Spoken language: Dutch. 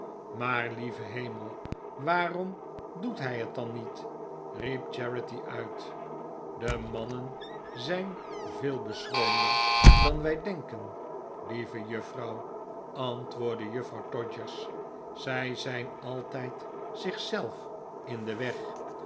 maar lieve hemel waarom doet hij het dan niet riep charity uit de mannen zijn veel beschroomder dan wij denken lieve j uf f rou w antwoordde juffrouw todgers zij zijn altijd zich zelf in den weg